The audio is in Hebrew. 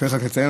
צריך רק לציין,